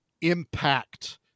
impact